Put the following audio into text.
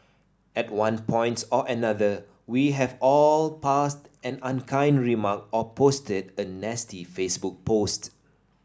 at one point or another we have all passed an unkind remark or posted a nasty Facebook post